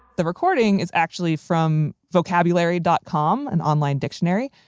the recording is actually from vocabulary dot com, an online dictionary,